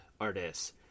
artists